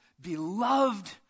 beloved